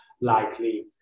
likely